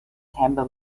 tempo